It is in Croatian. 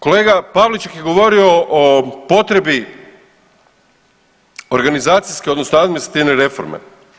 Kolega Pavliček je govorio o potrebi organizacijske odnosno administrativne reforme.